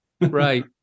Right